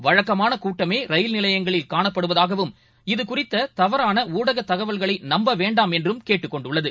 வழக்கமானகூட்டமேரயில் நிலையங்களில் காணப்படுவதாகவும் இதுகுறித்ததவறானஊடகதகவல்களைநம்பவேண்டாமென்றும் கேட்டுக்கொண்டுள்ளது